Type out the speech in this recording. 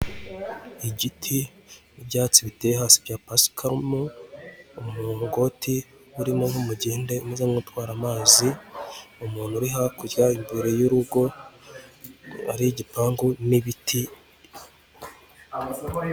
Igiti, ibyatsi biteye hasi bya pasikarumu, umugoti, urimo nk'umugende umeze nk'utwara amazi, umuntu uri hakurya imbere y'urugo, hari igipangu n'ibiti,...